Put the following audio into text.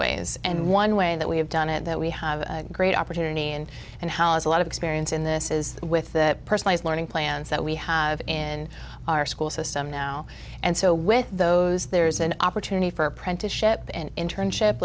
ways and one way that we have done it that we have great opportunity and and how as a lot of experience in this is with that person is learning plans that we have in our school system now and so with those there's an opportunity for apprenticeship and internship